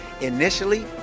Initially